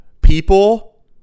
people